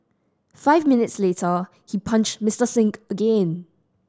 five minutes later he punched Mister Singh again